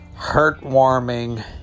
heartwarming